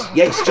yes